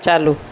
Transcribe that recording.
चालू